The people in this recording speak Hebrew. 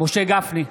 משה גפני,